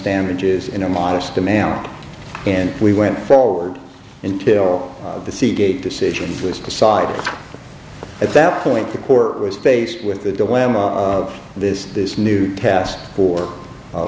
damages in a modest amount and we went forward until the seagate decision was decided at that point the court was faced with the dilemma of this this new test for